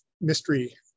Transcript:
mystery